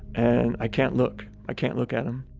and i can't look. i can't look at them